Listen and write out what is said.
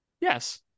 Yes